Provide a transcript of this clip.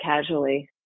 casually